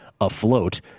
afloat